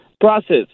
process